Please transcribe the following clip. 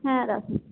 হ্যাঁ রাখুন